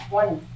one